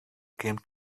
came